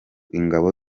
ingabo